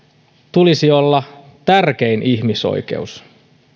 tulisi olla tärkein ihmisoikeus